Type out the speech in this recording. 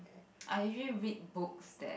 I usually read books that